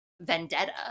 vendetta